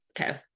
Okay